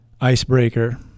icebreaker